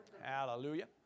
Hallelujah